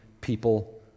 people